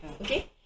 okay